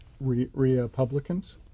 Republicans